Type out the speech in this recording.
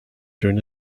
during